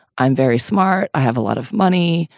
i'm very smart. i have a lot of money.